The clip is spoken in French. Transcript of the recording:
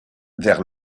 vers